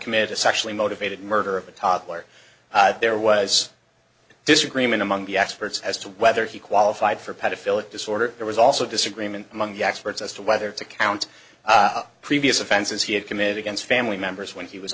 committed a sexually motivated murder of a toddler there was disagreement among the experts as to whether he qualified for pedophile it disorder there was also disagreement among the experts as to whether to count previous offenses he had committed against family members when he was